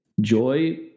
Joy